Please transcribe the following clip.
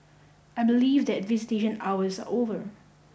I believe that visitation hours are over